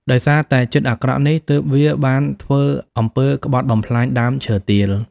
ដោយសារតែចិត្តអាក្រក់នេះ ទើបវាបានធ្វើអំពើក្បត់បំផ្លាញដើមឈើទាល។